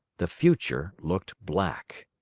the future looked black.